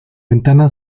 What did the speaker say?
ventana